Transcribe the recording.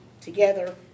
together